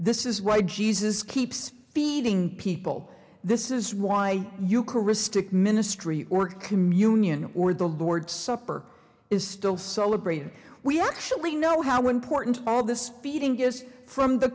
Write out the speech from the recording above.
this is why jesus keeps feeding people this is why eucharistic ministry or communion or the lord's supper is still celebrated we actually know how important our the speeding is from the